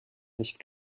nicht